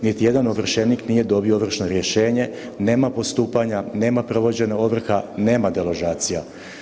Niti jedan ovršenik nije dobio ovršno rješenje, nema postupanja, nema provođenja ovrha, nema deložacija.